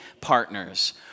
partners